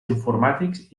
informàtics